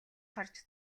харж